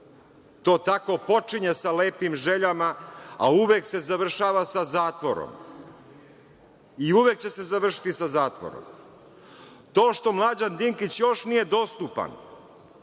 To tako počinje sa lepim željama, a uvek se završava sa zatvorom, i uvek će se završiti sa zatvorom. To što Mlađan Dinkić još nije dostupan,